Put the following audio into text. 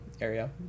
area